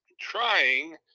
Trying